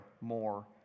more